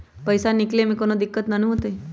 पईसा निकले में कउनो दिक़्क़त नानू न होताई?